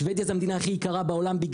שבדיה זה המדינה הכי יקרה בעולם.